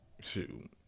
Shoot